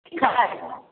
ठीक हइ